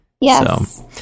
Yes